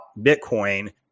Bitcoin